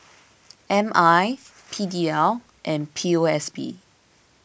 M I P D L and P O S B